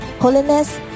holiness